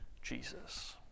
Jesus